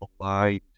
aligned